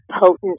potent